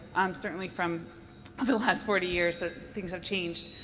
um certainly from the last forty years that things have changed.